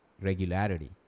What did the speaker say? regularity